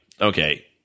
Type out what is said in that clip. okay